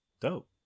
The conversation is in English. dope